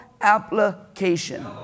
application